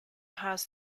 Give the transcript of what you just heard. has